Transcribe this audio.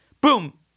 boom